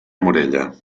morella